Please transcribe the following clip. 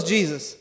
Jesus